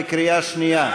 בקריאה שנייה.